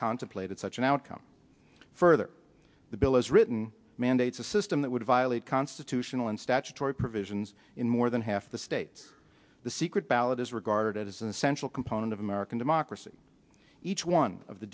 contemplated such an outcome further the bill as written mandates a system that would violate constitutional and statutory provisions in more than half the states the secret ballot is regarded as an essential component of american democracy each one of the